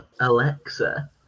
Alexa